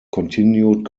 continued